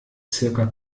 circa